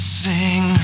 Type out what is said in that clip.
sing